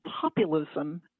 populism